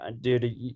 dude